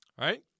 right